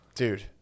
Dude